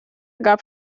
gab